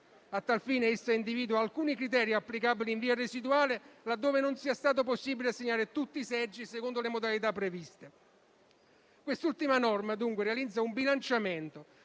A tal fine, esso individua alcuni criteri applicabili in via residuale laddove non sia stato possibile assegnare tutti i seggi secondo le modalità previste. Quest'ultima norma, dunque, realizza un bilanciamento